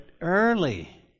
early